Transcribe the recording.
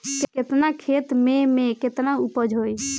केतना खेत में में केतना उपज होई?